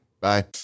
Bye